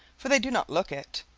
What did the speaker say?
for they do not look it.